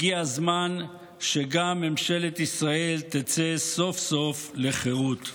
הגיע הזמן שגם ממשלת ישראל תצא סוף-סוף לחירות.